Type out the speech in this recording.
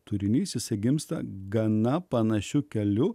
turinys išsigimsta gana panašiu keliu